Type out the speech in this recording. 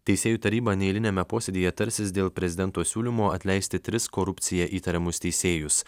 teisėjų taryba neeiliniame posėdyje tarsis dėl prezidento siūlymo atleisti tris korupcija įtariamus teisėjus